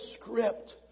script